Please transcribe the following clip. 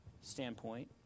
standpoint